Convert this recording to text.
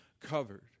covered